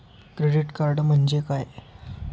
Credit card म्हणजे काय?